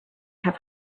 have